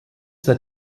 that